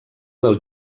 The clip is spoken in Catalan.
del